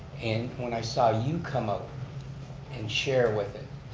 and when i saw you come up and share with it,